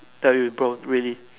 tell you bro really